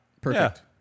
Perfect